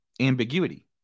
ambiguity